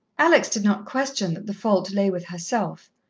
alex did not question that the fault lay with herself.